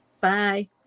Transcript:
Bye